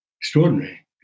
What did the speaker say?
Extraordinary